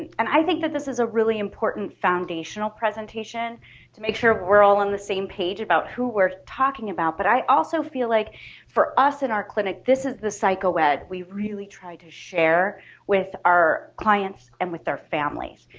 and i think that this is a really important foundational presentation to make sure we're all on the same page about who we're talking about. but i also feel like for us in our clinic this is the psychoed we really try to share with our clients and with their families.